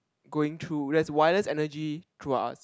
going through there's wireless energy through us